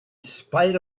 spite